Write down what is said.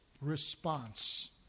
response